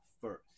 first